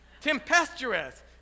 tempestuous